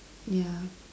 yeah